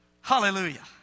Hallelujah